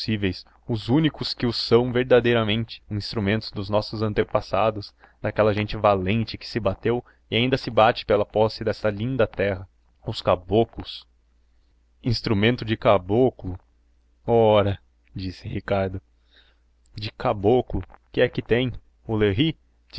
possíveis os únicos que o são verdadeiramente instrumentos dos nossos antepassados daquela gente valente que se bateu e ainda se bate pela posse desta linda terra os caboclos instrumento de caboclo ora disse ricardo de caboclo que é que tem o léry